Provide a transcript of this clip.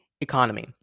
economy